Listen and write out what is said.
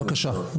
בבקשה,